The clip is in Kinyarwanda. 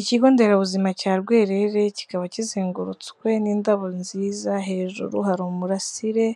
Ikigo nderabuzima cya Rwerere kikaba kizengurutswe n'indabo nziza, hejuru hari umurasire,